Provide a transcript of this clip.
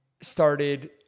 started